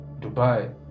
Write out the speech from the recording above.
Dubai